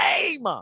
game